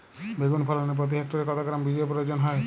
বেগুন ফলনে প্রতি হেক্টরে কত গ্রাম বীজের প্রয়োজন হয়?